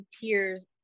tears